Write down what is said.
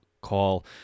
call